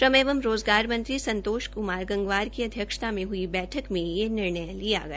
श्रम एवं रोज़गार मंत्री संतोष कुमार गंगवार की अध्यक्षता में हुई बैठक में ये निर्णय लिया गया